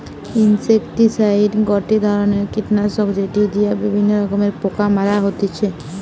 insecticide গটে ধরণের কীটনাশক যেটি দিয়া বিভিন্ন রকমের পোকা মারা হতিছে